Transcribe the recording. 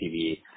TV